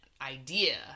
idea